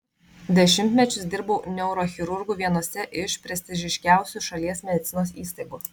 dešimtmečius dirbau neurochirurgu vienose iš prestižiškiausių šalies medicinos įstaigų